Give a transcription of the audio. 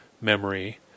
memory